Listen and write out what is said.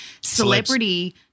celebrity